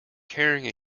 carrying